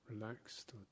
relaxed